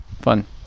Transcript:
Fun